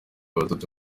abatutsi